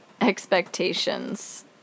expectations